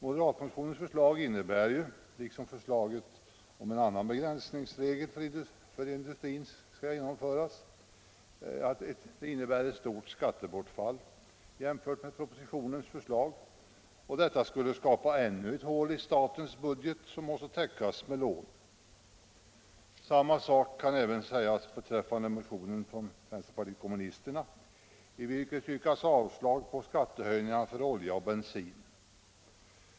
Moderatmotionens förslag liksom förslaget om en annan begränsningsregel för industrin skulle innebära ett stort skattebortfall jämfört med propositionens förslag, och detta skulle skapa ännu ett hål i statens budget som måste täckas med lån. Samma sak kan sägas beträffande motionen från vänsterpartiet kommunisterna, i vilken yrkas avslag på skattehöjningarna för olja och bensin.